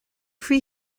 faoi